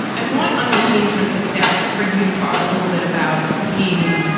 i want on the occasion of his death for you to talk a little bit about cain's